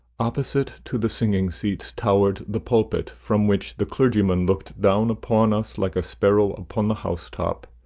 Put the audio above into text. opposite to the singing-seats towered the pulpit, from which the clergyman looked down upon us like a sparrow upon the house-top.